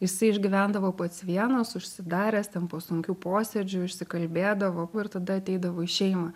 jisai išgyvendavo pats vienas užsidaręs ten po sunkių posėdžių išsikalbėdavo ir tada ateidavo į šeimą